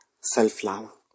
self-love